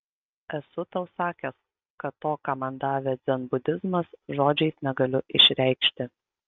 esu tau sakęs kad to ką man davė dzenbudizmas žodžiais negaliu išreikšti